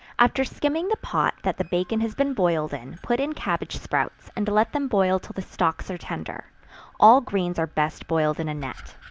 after skimming the pot that the bacon has been boiled in, put in cabbage sprouts, and let them boil till the stalks are tender all greens are best boiled in a net.